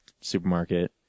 supermarket